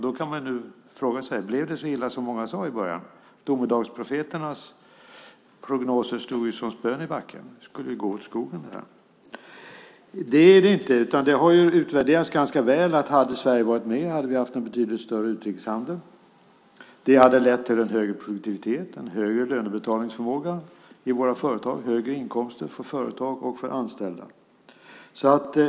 Då kan man fråga sig: Blev det så illa som många sade i början? Domedagsprofeternas prognoser stod ju som spön i backen. Det skulle gå åt skogen. Det gjorde det inte, utan det har utvärderats ganska väl att hade Sverige varit med skulle vi ha haft en betydligt större utrikeshandel. Det hade lett till en högre produktivitet, en högre lönebetalningsförmåga i våra företag och högre inkomster för företag och för anställda.